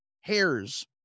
hairs